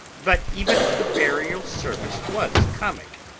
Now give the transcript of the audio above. but even if the burial service was comic,